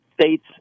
states